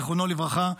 זיכרונו לברכה,